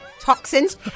Toxins